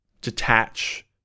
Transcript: detach